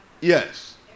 Yes